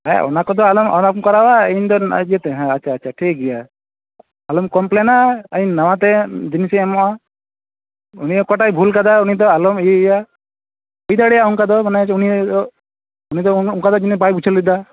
ᱦᱮᱸ ᱚᱱᱟ ᱠᱚᱫᱚ ᱟᱞᱚᱢ ᱠᱚᱨᱟᱣᱟ ᱤᱧ ᱫᱚ ᱟᱡ ᱤᱭᱟᱹ ᱛᱮᱫ ᱦᱮᱸ ᱟᱪᱪᱷᱟ ᱟᱪᱪᱷᱟ ᱴᱷᱤᱠ ᱜᱮᱭᱟ ᱟᱞᱚᱢ ᱠᱳᱢᱯᱮᱞᱮᱱᱟ ᱤᱧ ᱱᱟᱣᱟ ᱛᱮ ᱡᱤᱱᱤᱥᱤᱧ ᱮᱢᱚᱜᱼᱟ ᱩᱱᱤ ᱚᱠᱚᱭᱴᱟᱜᱼᱮ ᱵᱷᱩᱞ ᱟᱠᱟᱫᱟ ᱩᱱᱤ ᱫᱚ ᱟᱞᱚᱢ ᱤᱭᱟᱹᱭᱮᱭᱟ ᱦᱩᱭ ᱫᱟᱲᱮᱭᱟᱜᱼᱟ ᱚᱱᱠᱟᱫᱚ ᱢᱟᱱᱮ ᱩᱱᱤ ᱩᱱᱤ ᱫᱚ ᱚᱱᱠᱟ ᱫᱚ ᱵᱟᱭ ᱵᱩᱡᱷᱟᱹᱣ ᱞᱮᱫᱟ